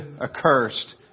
accursed